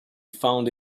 found